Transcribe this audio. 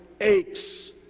aches